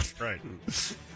Right